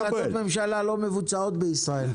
הבעיה שהחלטות ממשלה לא מבוצעות בישראל.